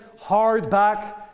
hardback